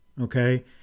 Okay